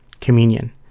communion